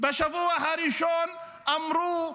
בשבוע הראשון אמרו: